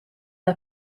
are